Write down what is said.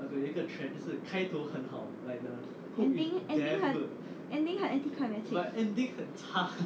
ending ending ending 很 anti-climatic